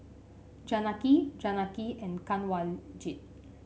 Janaki Janaki and Kanwaljit